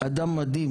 אדם מדהים,